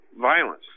violence